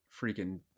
freaking